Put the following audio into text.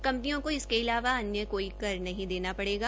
कंपनियो को इसके अलावा अन्य कोई कर नहीं देना पड़ेगा